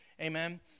Amen